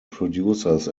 producers